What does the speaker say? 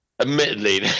admittedly